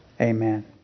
amen